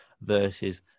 versus